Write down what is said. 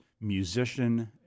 musician